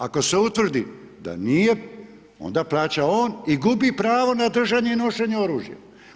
Ako se utvrdi da nije onda plaća on i gubi pravo na držanje i nošenje oružja.